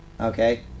okay